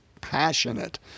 passionate